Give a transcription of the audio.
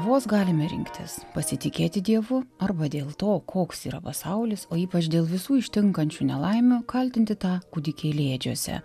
vos galime rinktis pasitikėti dievu arba dėl to koks yra pasaulis o ypač dėl visų ištinkančių nelaimių kaltinti tą kūdikėlį ėdžiose